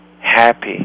happy